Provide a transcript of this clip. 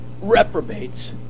reprobates